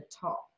top